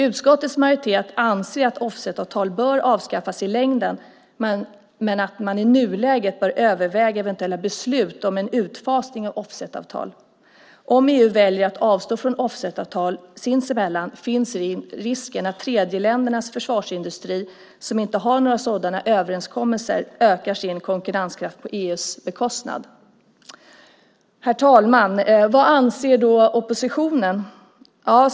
Utskottets majoritet anser att offsetavtal bör avskaffas i längden men att man i nuläget bör överväga eventuella beslut om en utfasning av offsetavtal. Om EU väljer att avstå från offsetavtal sinsemellan finns risken att tredjeländernas försvarsindustri, som inte har några sådana överenskommelser, ökar sin konkurrenskraft på EU:s bekostnad. Herr talman! Vad anser då oppositionen?